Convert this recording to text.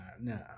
No